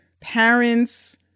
parents